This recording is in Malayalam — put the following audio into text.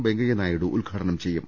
വെങ്കയ്യനായിഡു ഉദ്ഘാടനം ചെയ്യും